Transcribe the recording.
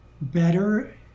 better